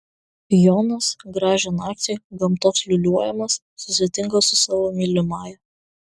jonas gražią naktį gamtos liūliuojamas susitinka su savo mylimąja